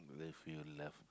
love you love